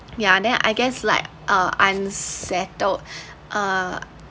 ya then I guess like uh unsettled uh